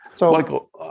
Michael